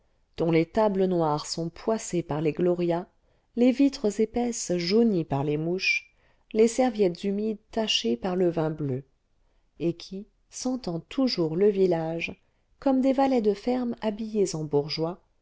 dont les tables noires sont poissées par les glorias les vitres épaisses jaunies par les mouches les serviettes humides tachées par le vin bleu et qui sentant toujours le village comme des valets de ferme habillés en bourgeois